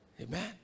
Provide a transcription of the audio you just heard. Amen